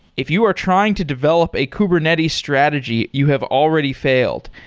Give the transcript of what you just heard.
if you are trying to develop a kubernetes strategy, you have already failed.